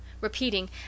repeating